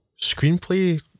Screenplay